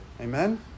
Amen